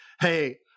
Hey